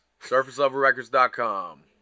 SurfaceLevelRecords.com